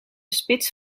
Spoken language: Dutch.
spits